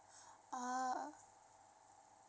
ah